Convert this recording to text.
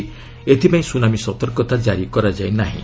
ଏଥିପାଇଁ ସୁନାମୀ ସତର୍କତା ଜାରି କରାଯାଇ ନାହିଁ